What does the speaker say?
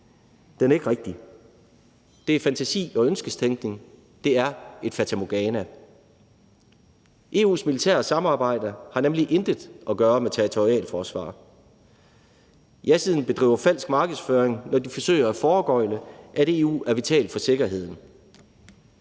Den er ikke rigtig; det er fantasi og ønsketænkning; det er et fatamorgana. EU's militære samarbejde har nemlig intet at gøre med territorialforsvar. Jasiden bedriver falsk markedsføring, når de forsøger at foregøgle, at EU er vital for sikkerheden.